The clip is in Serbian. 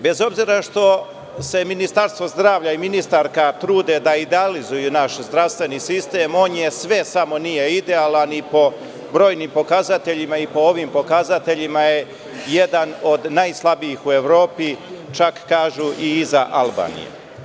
Bez obzira što se Ministarstvo zdravlja i ministarka trude da idealizuju naš zdravstveni sistem on je sve ne samo idealan, i po brojnim pokazateljima, i po ovim pokazateljima je jedan od najslabijih u Evropi, čak kažu i iza Albanije.